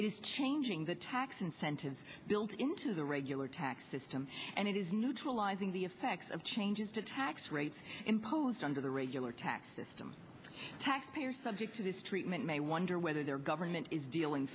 is changing the tax incentives built into the regular tax system and it is neutralizing the effects of changes to tax rates imposed under the regular tax system tax payers subject to this treatment may wonder whether their government is dealing